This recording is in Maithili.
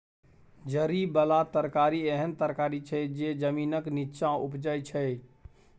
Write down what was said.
जरि बला तरकारी एहन तरकारी छै जे जमीनक नींच्चाँ उपजै छै